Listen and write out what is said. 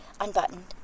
unbuttoned